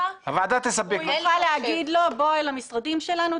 היא תוכל להגיד לו: בוא למשרדים שלנו,